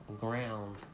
ground